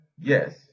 yes